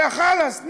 וחלאס,